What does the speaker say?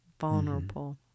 vulnerable